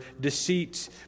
deceit